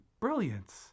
brilliance